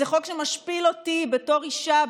זה חוק שמשפיל אותי בתור אישה,